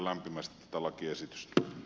arvoisa puhemies